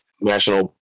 National